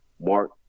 Mark